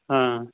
ꯑ